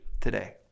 today